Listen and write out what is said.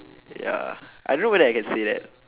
ya I don't know whether I can say that